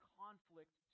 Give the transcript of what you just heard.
conflict